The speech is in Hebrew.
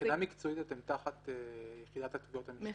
מבחינה מקצועית אתם תחת יחידת התביעות המשטרתית?